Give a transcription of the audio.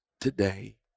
today